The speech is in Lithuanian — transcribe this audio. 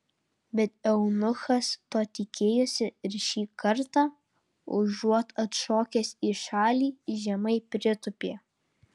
bet eunuchas to tikėjosi ir šį kartą užuot atšokęs į šalį žemai pritūpė